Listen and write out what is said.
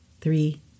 three